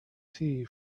tea